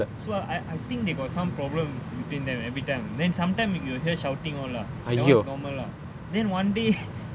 so I I think they got some problem between them everytime then sometime you will hear shouting all lah that [one] is normal lah then one day